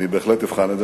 אני בהחלט אבחן את זה.